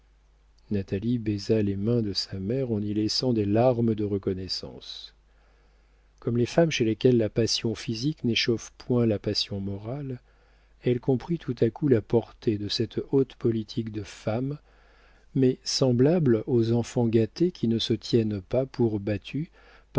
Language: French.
natalie baisa les mains de sa mère en y laissant des larmes de reconnaissance comme les femmes chez lesquelles la passion physique n'échauffe point la passion morale elle comprit tout à coup la portée de cette haute politique de femme mais semblable aux enfants gâtés qui ne se tiennent pas pour battus